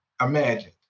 imagine